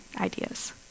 ideas